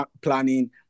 planning